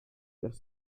faire